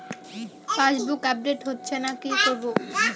Passbook update হচ্ছেনা কি করবো?